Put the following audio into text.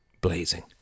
blazing